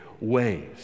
ways